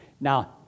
Now